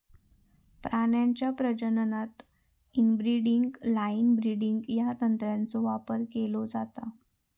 प्राण्यांच्या प्रजननात inbreeding line breeding या तंत्राचो वापर केलो जाता